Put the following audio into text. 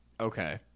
Okay